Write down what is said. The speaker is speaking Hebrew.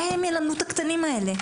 מה הם ילמדו את הקטנים האלה.